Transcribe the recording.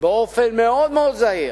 גם לכלכלה באופן מאוד זהיר.